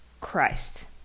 Christ